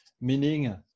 meaning